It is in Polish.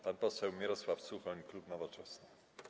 Pan poseł Mirosław Suchoń, klub Nowoczesna.